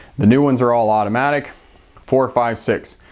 the new ones are all automatic four five six.